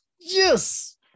yes